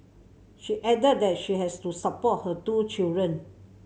she added that she has to support her two children